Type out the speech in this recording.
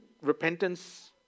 repentance